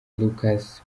lucas